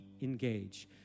engage